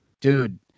dude